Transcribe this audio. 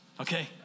okay